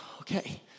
okay